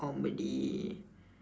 comedy